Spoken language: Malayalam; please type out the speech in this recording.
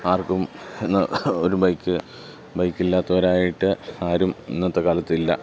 ആർക്കും ഇന്ന് ഒരു ബൈക്ക് ബൈക്കില്ലാത്തവരായിട്ട് ആരും ഇന്നത്തെ കാലത്തില്ല